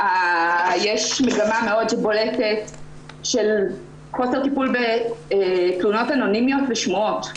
יש מגמה בולטת מאוד של חוסר טיפול בתלונות אנונימיות ושמועות,